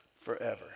forever